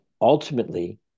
ultimately